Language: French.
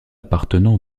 appartenant